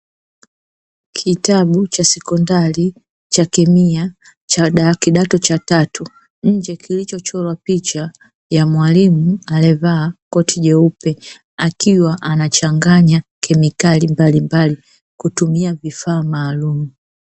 Kitabu cha sekondari cha kemia cha kidato cha tatu nje kilichochorwa picha ya mwalimu aliyevaa koti jeupe, akiwa anachanganya kemikali mbalimbali kutumia vifaa maalumu.